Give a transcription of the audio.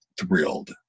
thrilled